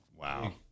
Wow